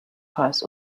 pass